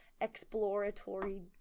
exploratory